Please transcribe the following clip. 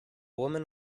woman